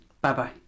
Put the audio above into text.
Bye-bye